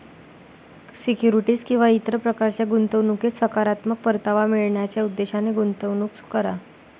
securities किंवा इतर प्रकारच्या गुंतवणुकीत सकारात्मक परतावा मिळवण्याच्या उद्देशाने गुंतवणूक करा